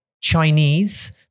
Chinese